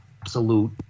absolute